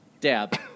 Dab